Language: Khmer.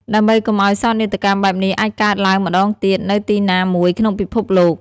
ដើម្បីកុំឲ្យសោកនាដកម្មបែបនេះអាចកើតឡើងម្តងទៀតនៅទីណាមួយក្នុងពិភពលោក។